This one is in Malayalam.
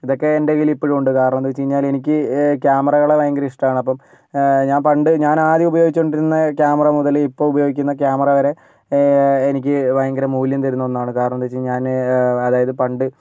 ഇതൊക്കെ എൻ്റെ കൈയ്യിൽ ഇപ്പോഴും ഉണ്ട് കാരണമെന്താ വെച്ച് കഴിഞ്ഞാൽ എനിക്ക് ക്യാമറകളെ ഭയങ്കര ഇഷ്ടമാണ് അപ്പം ഞാൻ പണ്ട് ആദ്യം ഉപയോഗിച്ച് കൊണ്ടിരുന്ന ക്യാമറ മുതൽ ഇപ്പം ഉപയോഗിക്കുന്ന ക്യാമറ വരെ എനിക്ക് ഭയങ്കര മൂല്യം തരുന്ന ഒന്നാണ് കാരണമെന്താ വെച്ച് കഴിഞ്ഞാൽ ഞാൻ അതായത് പണ്ട്